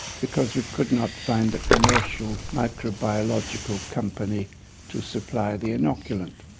because we could not find a commercial microbiological company to supply the inoculant.